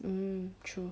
mm true